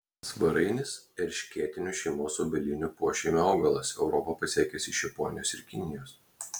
svarainis erškėtinių šeimos obelinių pošeimio augalas europą pasiekęs iš japonijos ir kinijos